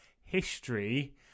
history